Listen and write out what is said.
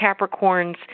Capricorns